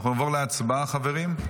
אנחנו נעבור להצבעה, חברים.